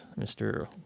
Mr